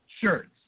shirts